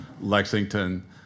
Lexington